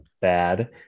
bad